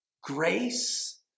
Grace